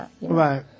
Right